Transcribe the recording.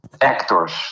actors